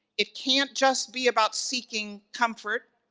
it can't just be about seeking comfort,